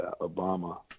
Obama